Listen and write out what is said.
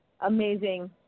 amazing